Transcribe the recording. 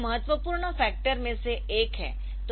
speed महत्वपूर्ण factor में से एक है